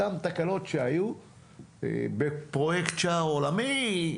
אותן תקנות שהיו בפרויקט שער עולמי,